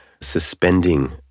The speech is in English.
suspending